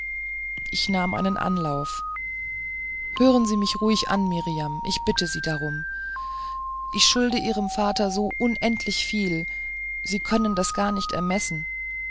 ich nahm einen anlauf hören sie mich ruhig an mirjam ich bitte sie darum ich schulde ihrem vater so unendlich viel sie können das gar nicht ermessen